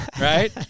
Right